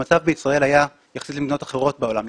המצב בישראל היה יחסית למדינות אחרות בעולם,